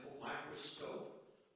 microscope